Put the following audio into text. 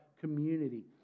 community